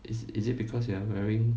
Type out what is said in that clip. is is it because you are wearing